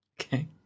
Okay